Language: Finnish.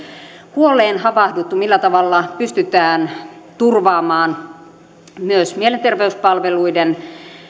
huoleen havahduttu millä tavalla pystytään turvaamaan myös mielenterveyspalveluiden